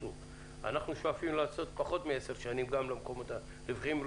אנחנו שאופים לעשות פחות מעשר שנים גם למקומות הרווחיים.